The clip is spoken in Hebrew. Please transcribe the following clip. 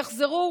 יוחזרו,